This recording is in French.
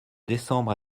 décembre